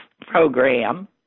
Program